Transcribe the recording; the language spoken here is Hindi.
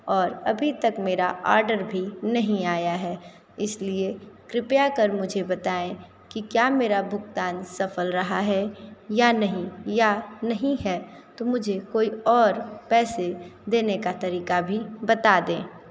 और अभी तक मेरा ऑर्डर भी नहीं आया है इसलिए कृपया कर मुझे बताएँ कि क्या मेरा भुगतान सफल रहा है या नहीं या नहीं है तो मुझे कोई और पैसे देने का तरीका भी बता दें